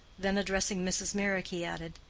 then addressing mrs. meyrick, he added,